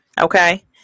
Okay